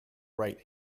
right